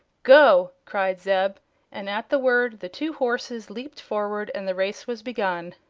go! cried zeb and at the word the two horses leaped forward and the race was begun.